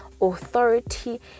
authority